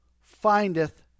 findeth